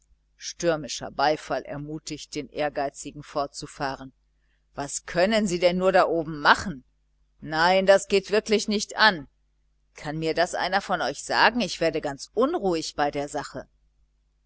stürmischer beifall ermutigt den ehrgeizigen fortzufahren was können sie nur da oben machen nein das geht wirklich nicht an kann mir das einer von euch sagen ich werde ganz unruhig bei der sache